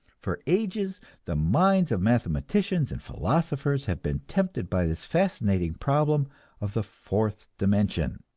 for ages the minds of mathematicians and philosophers have been tempted by this fascinating problem of the fourth dimension.